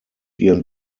ihren